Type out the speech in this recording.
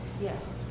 Yes